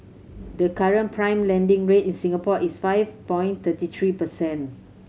the current prime lending rate in Singapore is five point thirty three percent